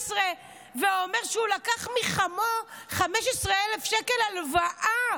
ואומר שהוא לקח מחמיו 15,000 שקל הלוואה,